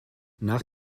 nach